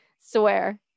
swear